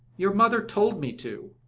your mother told me to.